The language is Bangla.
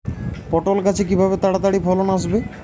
পটল গাছে কিভাবে তাড়াতাড়ি ফলন আসবে?